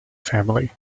family